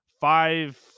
five